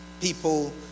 people